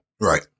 Right